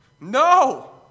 No